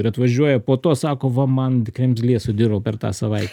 ir atvažiuoja po to sako va man kremzlė sudiro per tą savaitę